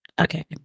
Okay